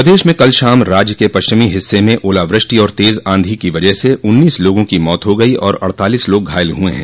प्रदेश में कल शाम राज्य के पश्चिमी हिस्से में ओलावृष्टि और तेज आंधी की वजह से उन्नीस लोगों की मौत हो गई और अड़तालीस लोग घायल हुए हैं